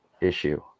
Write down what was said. issue